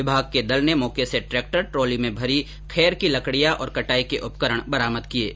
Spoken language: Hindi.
विभाग के दल ने मौके से ट्रैक्टर ट्रॉली में भरी खेर की लकड़ियॉ और ंकटाई के उपकरण बरामद किये हैं